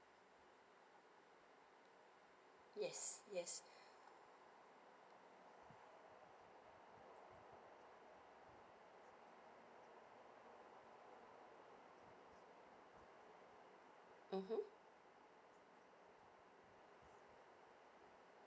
yes yes mmhmm